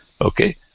Okay